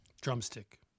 Drumstick